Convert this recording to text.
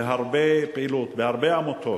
בהרבה פעילות, בהרבה עמותות.